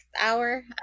hour